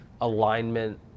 alignment